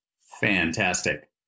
Fantastic